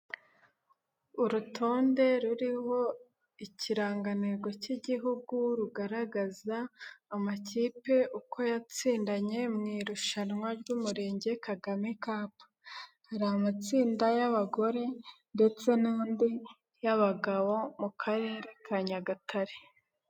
Urutonde ruriho ikirangantego cy'igihugu rugaragaza amakipe uko yatsindanye mu irushanwa ry'Umurenge Kagame kapu, hari amatsinda y'abagore ndetse n'andi y'abagabo mu Karere ka Nyagatare.